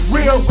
Real